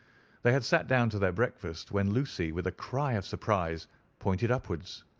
they had sat down to their breakfast when lucy with a cry of surprise pointed upwards.